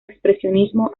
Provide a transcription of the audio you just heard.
expresionismo